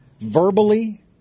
verbally